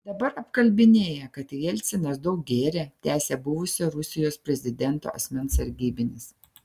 dabar apkalbinėja kad jelcinas daug gėrė tęsė buvusio rusijos prezidento asmens sargybinis